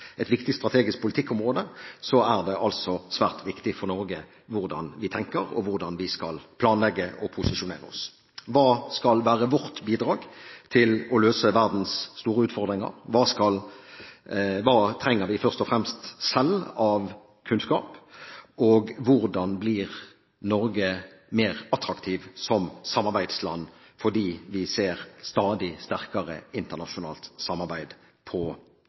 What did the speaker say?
et viktig strategisk politikkområde, er det svært viktig for Norge hvordan vi tenker og hvordan vi skal planlegge å posisjonere oss. Hva skal være vårt bidrag til å løse verdens store utfordringer? Hva trenger vi først og fremst selv av kunnskap? Og hvordan blir Norge mer attraktivt som samarbeidsland? Vi ser jo stadig sterkere internasjonalt samarbeid på